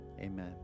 amen